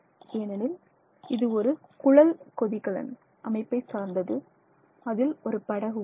ஏனெனில் இது ஒரு குழல் கொதிகலன் அமைப்பை சார்ந்தது அதில் ஒரு படகு உள்ளது